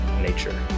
nature